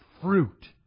fruit